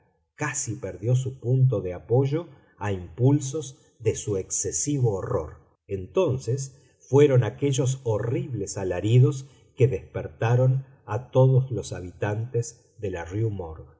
casi perdió su punto de apoyo a impulsos de su excesivo horror entonces fueron aquellos horribles alaridos que despertaron a todos los habitantes de la rue